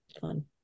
fun